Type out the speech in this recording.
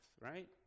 right